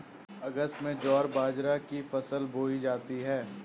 अगस्त में ज्वार बाजरा की फसल बोई जाती हैं